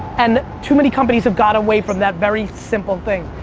and too many companies have got away from that very simple thing.